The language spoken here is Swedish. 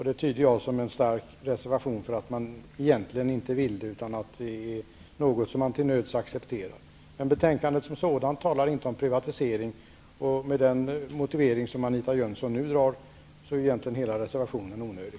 Det tolkar jag som en stark reservation för att man egentligen inte vill se en bolagsbildning, utan att det är något som man till nöds accepterar. I betänkandet som sådant talas det inte om en privatisering. Med den motivering som Anita Jönsson nu anför är hela reservationen egentligen onödig.